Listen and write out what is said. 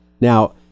Now